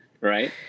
right